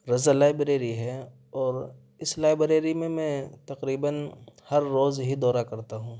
رضا library ہے اور اس لائبریری میں میں تقریباً ہر روز ہی دورہ کرتا ہوں